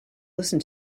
listen